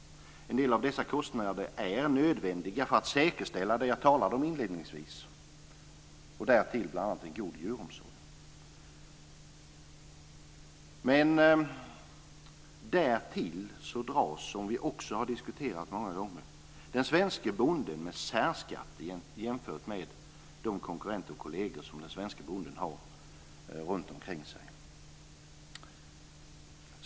En del av dessa kostnader är nödvändiga för att säkerställa det jag talade om inledningsvis, därtill bl.a. en god djuromsorg. Men därtill dras - något vi också har diskutera många gånger - den svenske bonden med särskatter jämfört med de konkurrenter och kolleger som den svenske bonden har.